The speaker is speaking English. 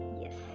Yes